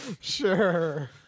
Sure